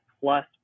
plus